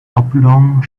oblong